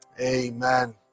amen